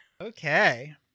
Okay